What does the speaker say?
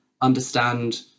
understand